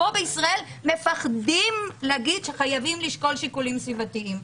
פה בישראל מפחדים להגיד שחייבים לשקול שיקולים סביבתיים.